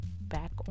back